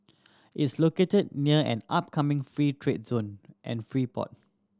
is located near an upcoming free trade zone and free port